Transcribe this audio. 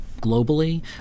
globally